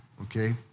Okay